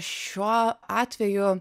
šiuo atveju